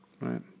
Right